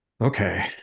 okay